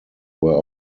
were